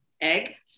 egg